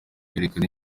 kwerekana